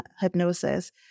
hypnosis